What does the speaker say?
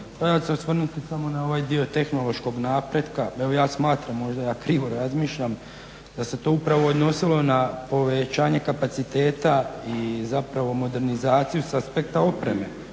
ja ću se osvrnuti samo na ovaj dio tehnološkog napretka. Evo ja smatram, možda ja krivo razmišljam da se to upravo odnosilo na povećanje kapaciteta i zapravo modernizaciju sa aspekta opreme